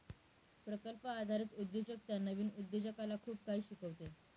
प्रकल्प आधारित उद्योजकता नवीन उद्योजकाला खूप काही शिकवते